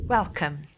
Welcome